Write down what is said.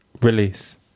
Release